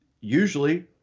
usually